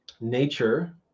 nature